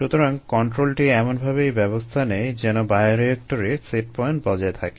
সুতরাং কন্ট্রোলটি এমন ভাবেই ব্যবস্থা নেয় যেন বায়োরিয়েক্টরে সেট পয়েন্ট বজায় থাকে